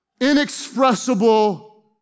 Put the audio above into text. inexpressible